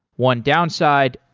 one downside,